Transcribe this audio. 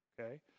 okay